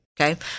Okay